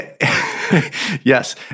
yes